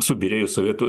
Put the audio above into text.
subyrėjus sovietų